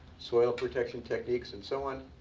soil protection techniques, and so on.